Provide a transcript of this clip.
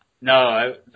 No